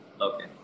Okay